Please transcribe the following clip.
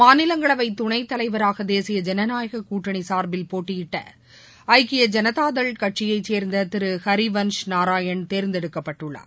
மாநிலங்களவை துணைத்தவைராக தேசிய ஜனநாயக கூட்டணி சார்பில் போட்டியிட்ட ஐக்கிய ஐனதாதள் கட்சியை சே்ந்த திரு ஹரிவன்ஷ் நாராயண் தேர்ந்தெடுக்கப்பட்டுள்ளார்